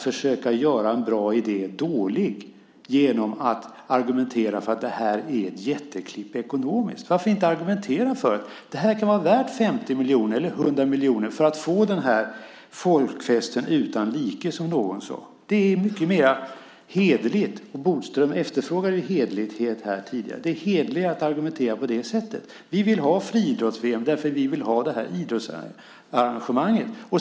Försök inte göra en bra idé dålig genom att argumentera för att det här är ett jätteklipp, ekonomiskt. Varför inte argumentera genom att säga att det här kan vara värt 50 miljoner eller 100 miljoner för att man ska få den här folkfesten utan like, som någon sade? Det är mycket mera hederligt. Och Bodström efterfrågade ju hederlighet tidigare. Det är hederligare att argumentera på det sättet. Vi vill ha friidrotts-VM därför att vi vill ha det här idrottsarrangemanget.